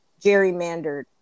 gerrymandered